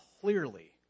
clearly